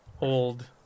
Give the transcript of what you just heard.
Old